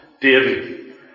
David